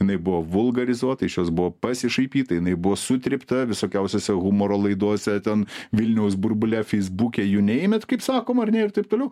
jinai buvo vulgarizuota iš jos buvo pasišaipyta jinai buvo sutrypta visokiausiose humoro laidose ten vilniaus burbule feisbuke jų neėmėt kaip sakoma ar ne ir taip toliau